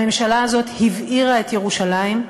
הממשלה הזאת הבעירה את ירושלים,